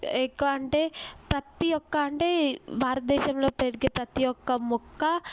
ఎక్కువ అంటే ప్రతి ఒక్క అంటే భారతదేశంలో పెరిగే ప్రతి ఒక్క మొక్క